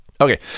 okay